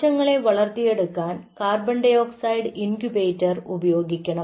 കോശങ്ങളെ വളർത്തിയെടുക്കാൻ carbon dioxide incubator ഉപയോഗിക്കണം